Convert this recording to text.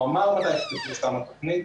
הוא אמר מתי תפורסם התוכנית.